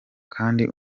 kandi